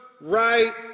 right